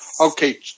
okay